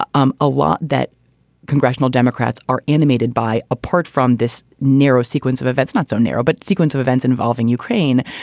ah um a lot that congressional democrats are intimated by, apart from this narrow sequence of events, not so narrow, but sequence of events involving ukraine.